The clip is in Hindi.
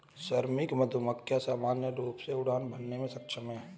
श्रमिक मधुमक्खी सामान्य रूप से उड़ान भरने में सक्षम हैं